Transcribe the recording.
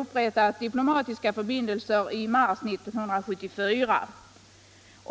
upprättat diplomatiska förbindelser med landet i mars 1974.